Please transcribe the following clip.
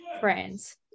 Friends